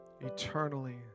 eternally